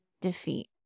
defeat